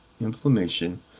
inflammation